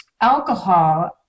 alcohol –